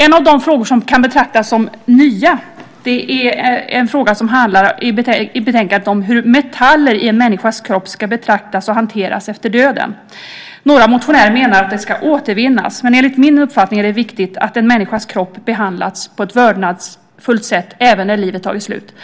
En av de frågor i betänkandet som kan betraktas som nya handlar om hur metaller i en människas kropp ska betraktas och hanteras efter döden. Några motionärer menar att de ska återvinnas. Men enligt min uppfattning är det viktigt att en människas kropp behandlas på ett vördnadsfullt sätt även när livet tagit slut.